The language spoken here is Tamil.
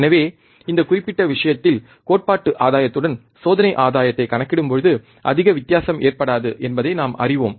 எனவே இந்த குறிப்பிட்ட விஷயத்தில் கோட்பாட்டு ஆதாயத்துடன் சோதனை ஆதாயத்தை கணக்கிடும்போது அதிக வித்தியாசம் ஏற்படாது என்பதை நாம் அறிவோம்